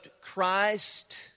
Christ